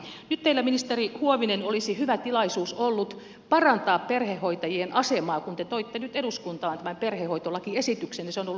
nyt teillä ministeri huovinen olisi hyvä tilaisuus ollut parantaa perhehoitajien asemaa kun te toitte nyt eduskuntaan tämän perhehoitolakiesityksen ja se on ollut lähetekeskustelussa